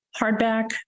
hardback